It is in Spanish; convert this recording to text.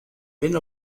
ven